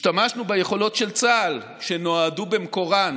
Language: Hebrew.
השתמשנו ביכולות של צה"ל, שנועדו במקורן